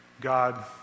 God